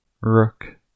Rook